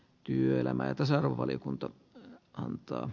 työelämän tasa arvovaliokunta antaa